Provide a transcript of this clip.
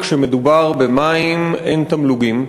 כשמדובר במים אין תמלוגים,